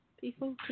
People